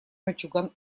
мальчуган